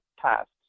tasks